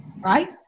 right